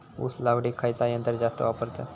ऊस लावडीक खयचा यंत्र जास्त वापरतत?